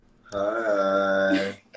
hi